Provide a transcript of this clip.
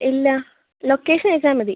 ഇല്ല ലൊക്കേഷൻ അയച്ചാൽ മതി